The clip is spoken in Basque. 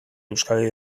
euskadi